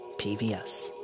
pvs